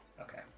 Okay